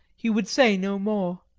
he would say no more,